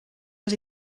was